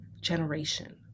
generation